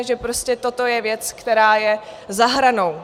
Že prostě toto je věc, která je za hranou?